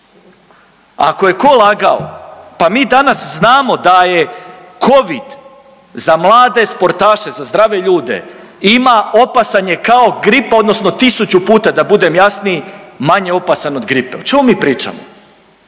Ako je tko lagao pa mi danas znamo daje Covid za mlade sportaše za zdrave ljude ima, opasan je kao gripa odnosno tisuću puta da budem jasniji manje opasan od gripe. O čemu mi pričamo?